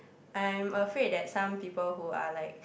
I'm afraid that some people who are like